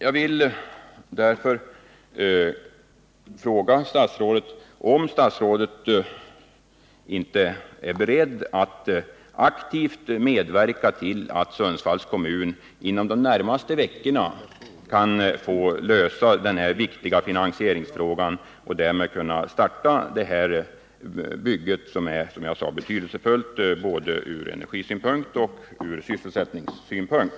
Jag vill därför fråga statsrådet, om statsrådet inte är beredd att aktivt medverka till att Sundsvalls kommun inom de närmaste veckorna kan få lösa den här viktiga finansieringsfrågan och därmed starta detta bygge som är så betydelsefullt både ur energipolitisk synpunkt och ur sysselsättningssynpunkt.